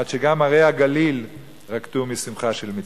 עד שגם הרי הגליל רקדו משמחה של מצווה.